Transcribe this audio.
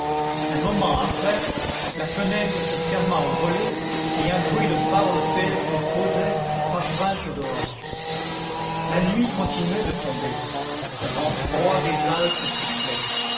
un moment après la fenêtre se ferma au volet et un bruit de barre de fer qu'on posait parvint au dehors la nuit continuait de tomber le vent froid des alpes soufflait